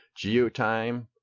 GeoTime